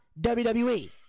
WWE